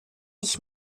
ich